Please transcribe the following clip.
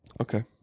Okay